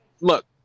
Look